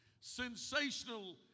Sensational